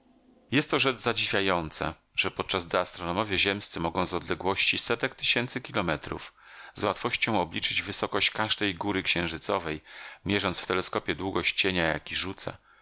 jest to rzecz zadziwiająca że podczas gdy astronomowie ziemscy mogą z odległości setek tysięcy kilometrów z łatwością obliczyć wysokość każdej góry księżycowej mierząc w teleskopie długość cienia jaki rzuca